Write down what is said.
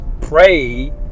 pray